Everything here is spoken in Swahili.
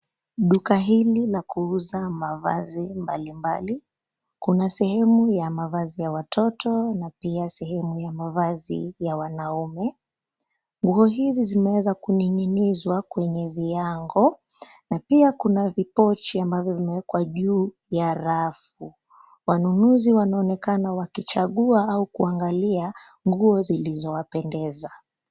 Duka hili la kuuza mavazi mbalimbali. Kuna sehemu ya mavazi ya watoto na pia sehemu ya mavazi ya wanaume. Nguo hizi zimeweza kuninginizwa kwenye viango na pia kuna vipochi ambavyo vimewekwa juu ya rafu . Wanunuzi wanaonekana wakichagua au kuangalia nguo zilizowapendeza.